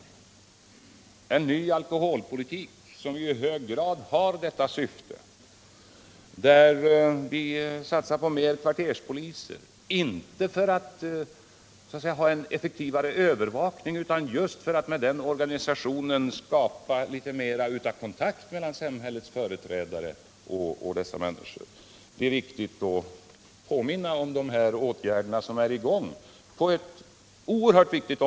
Jag vill också erinra om den nya alkoholpolitiken, som ju också i hög grad syftar till att lösa dessa ungdomsproblem, och regeringens satsning på fler kvarterspoliser — inte för att få en effektivare övervakning utan just för att med en sådan organisation skapa bättre kontakt mellan samhällets företrädare och de människor vi nu talar om. Allt detta är exempel på insatser som fortlöpande görs för att söka lösa ungdomsproblemen.